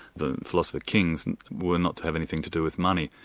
the philosopher-kings were not to have anything to do with money.